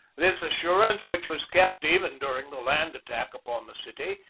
this assurance, which was kept even during the land attack upon the city,